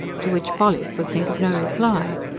to which polly could think of no reply.